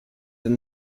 than